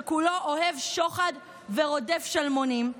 שכולו אוהב שוחד ורודף שלמונים?